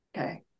okay